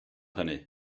hynny